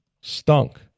Stunk